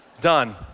Done